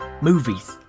Movies